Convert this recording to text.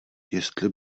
jestli